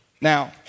Now